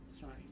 Sorry